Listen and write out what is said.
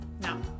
No